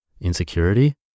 insecurity